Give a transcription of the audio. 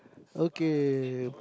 okay